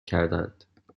کردند